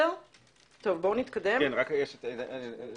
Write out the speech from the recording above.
העניין